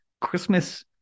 Christmas